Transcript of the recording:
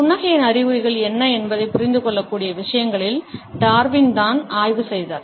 புன்னகையின் அறிகுறிகள் என்ன என்பதை புரிந்து கொள்ளக்கூடிய விஷயங்களில் டார்வின் தான் ஆய்வு செய்தார்